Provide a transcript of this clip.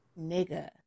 Nigga